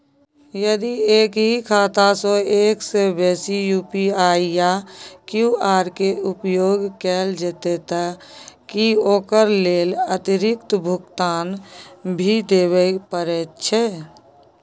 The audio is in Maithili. यदि एक ही खाता सं एक से बेसी यु.पी.आई या क्यू.आर के उपयोग कैल जेतै त की ओकर लेल अतिरिक्त भुगतान भी देबै परै छै?